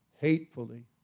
hatefully